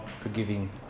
forgiving